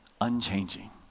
unchanging